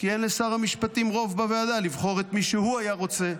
כי אין לשר המשפטים רוב בוועדה לבחור את מי שהוא היה רוצה.